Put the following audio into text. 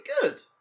good